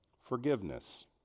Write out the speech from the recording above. forgiveness